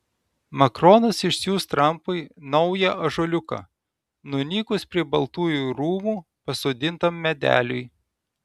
makronas išsiųs trampui naują ąžuoliuką nunykus prie baltųjų rūmų pasodintam medeliui